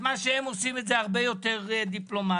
מה שהם עושים זה הרבה יותר דיפלומטי.